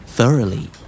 Thoroughly